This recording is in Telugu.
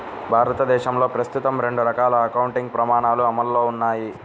భారతదేశంలో ప్రస్తుతం రెండు రకాల అకౌంటింగ్ ప్రమాణాలు అమల్లో ఉన్నాయి